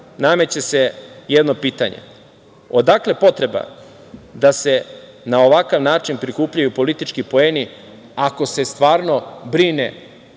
nameće se jedno pitanje - odakle potreba da se na ovakav način prikupljaju politički poeni ako se stvarno brine